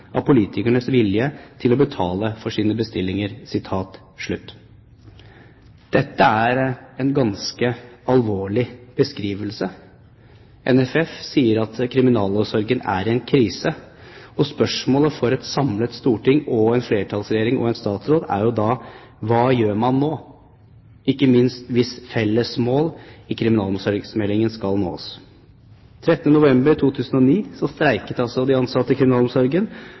av politikernes vilje til å betale for sine bestillinger.» Dette er en ganske alvorlig beskrivelse. NFF sier at kriminalomsorgen er i en krise. Spørsmålet til et samlet storting, en flertallsregjering og en statsråd er da: Hva gjør man nå, ikke minst hvis felles mål i kriminalomsorgsmeldingen skal nås? Den 13. november 2009 streiket de ansatte i kriminalomsorgen